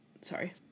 sorry